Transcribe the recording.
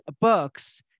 books